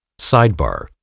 Sidebar